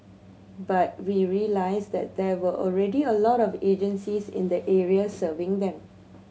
but we realised that there were already a lot of agencies in the area serving them